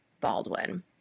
Baldwin